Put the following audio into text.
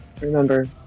remember